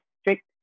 strict